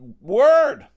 word